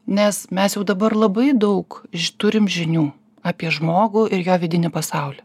nes mes jau dabar labai daug turim žinių apie žmogų ir jo vidinį pasaulį